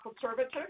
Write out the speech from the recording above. conservative